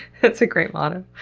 that's a great motto.